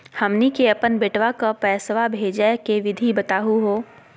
हमनी के अपन बेटवा क पैसवा भेजै के विधि बताहु हो?